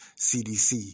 CDC